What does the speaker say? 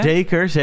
Zeker